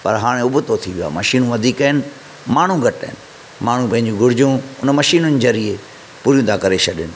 पर हाणे उबितो थी वियो आहे मशीनू वधीक आहिनि माण्हू घटि आहिनि माण्हू पंहिंजूं घुर्जू हुन मशीननि ज़रिए पूरियूं था करे छॾनि